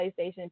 PlayStation